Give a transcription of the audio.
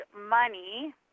money